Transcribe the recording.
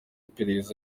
iperereza